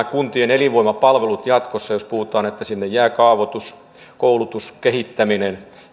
kuntien elinvoimapalveluitten kautta jos puhutaan että sinne jää kaavoitus koulutus kehittäminen